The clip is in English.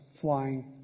flying